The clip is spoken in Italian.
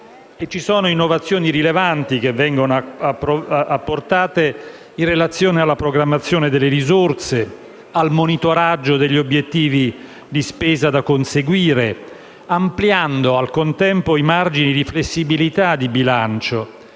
articoli. Innovazioni rilevanti vengono apportate in relazione alla programmazione delle risorse, al monitoraggio degli obiettivi di spesa da conseguire, ampliando, al contempo, i margini di flessibilità di bilancio.